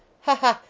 ha, ha!